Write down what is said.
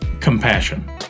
Compassion